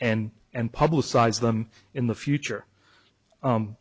and and publicize them in the future